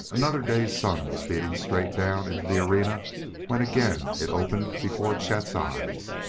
another day's sun was beating straight down into the arena when again it opened before chet's eyes.